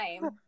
time